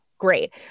great